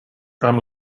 amb